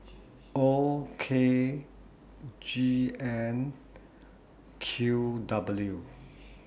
O K G N Q W